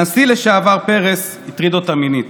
הנשיא לשעבר פרס הטריד אותה מינית.